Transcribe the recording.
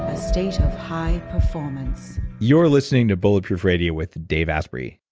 a state of high performance you're listening to bulletproof radio with dave asprey.